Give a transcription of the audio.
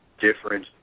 different